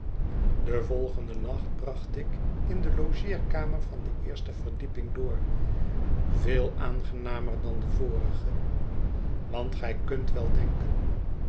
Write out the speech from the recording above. den volgenden nacht bracht ik in de logeerkamer van de eerste verdieping door veel aangenamer dan den vorigen want gij kunt wel denken